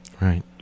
right